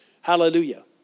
Hallelujah